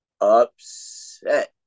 upset